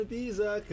Pizza